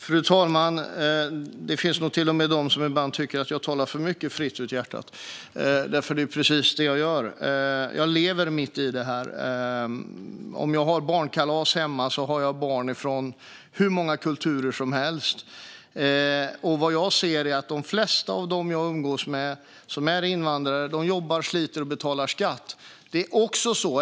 Fru talman! Det finns nog till och med de som ibland tycker jag att jag talar för mycket fritt ur hjärtat, och det är precis det jag gör. Jag lever mitt i det här. Om jag ordnar barnkalas hemma är det med barn där från hur många kulturer som helst. Och vad jag ser är att de flesta av dem som jag umgås med och som är invandrare jobbar, sliter och betalar skatt.